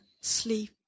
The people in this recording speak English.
sleep